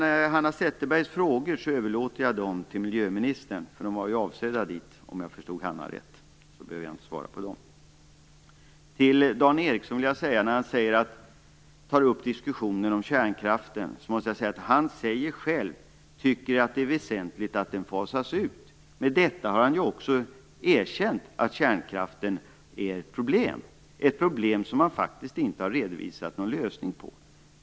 Hanna Zetterbergs frågor överlåter jag till miljöministern. De var väl avsedda för henne, om jag förstod Hanna Zetterberg rätt. Jag behöver alltså inte svara på dem. Dan Ericsson tog upp en diskussion om kärnkraften. Han säger själv att han tycker att det är väsentligt att den fasas ut. Men med detta har han ju också erkänt att kärnkraften är ett problem - ett problem som man faktiskt inte har redovisat någon lösning på.